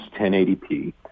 1080p